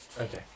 Okay